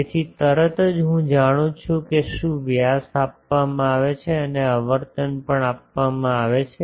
તેથી તરત જ હું જાણું છું કે શું વ્યાસ આપવામાં આવે છે અને આવર્તન પણ આપવામાં આવે છે